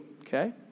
okay